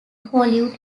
hollywood